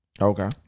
Okay